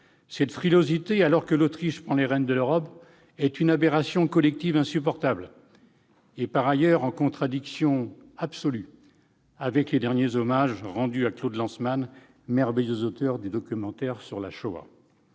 Cette frilosité, alors que l'Autriche prend les rênes de l'Europe, est une aberration collective insupportable. Elle est en contradiction absolue avec le dernier hommage rendu à Claude Lanzmann, merveilleux auteur du documentaire. Au-delà du